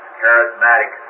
charismatic